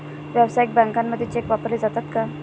व्यावसायिक बँकांमध्ये चेक वापरले जातात का?